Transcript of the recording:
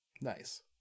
Nice